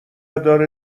داره